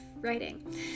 writing